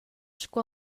sco